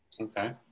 Okay